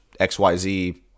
XYZ